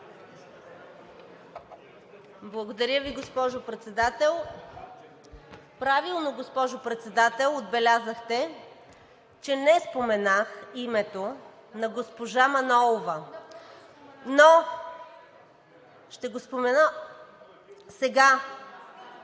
Благодаря Ви, госпожо Председател. Правилно, госпожо Председател, отбелязахте, че не споменах името на госпожа Манолова, но ще го спомена сега.